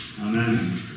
Amen